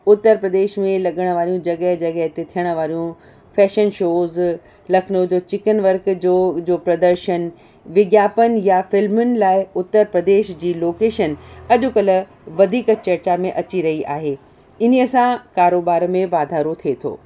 उत्तर प्रदेश में लॻण वारियूं जॻह जॻह ते थिअण वारियूं फ़ैशन शोज़ लखनऊ जो चिकन वर्क जो जो प्रदर्शन विज्ञापन या फ़िल्मुनि लाइ उत्तर प्रदेश जी लोकेशन अॼुकल्ह वधीक चर्चा में अची रही आहे हिन ई सां कारोबार में वाधारो थिए थो